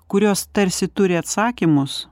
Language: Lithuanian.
kurios tarsi turi atsakymus